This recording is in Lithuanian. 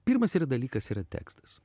pirmas dalykas yra tekstas